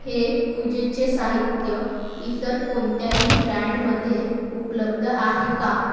हे पूजेचे साहित्य इतर कोणत्याही ब्रँडमध्ये उपलब्ध आहे का